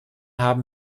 haben